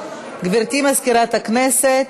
גברתי מזכירת הכנסת,